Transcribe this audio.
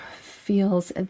feels